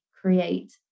create